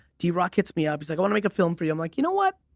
drock hits me up, he's like i wanna make a film for you. i'm like you know what?